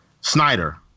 Snyder